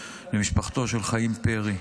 למשפחתו של חיים פרי,